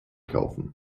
kaufen